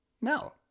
No